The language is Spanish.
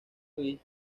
louis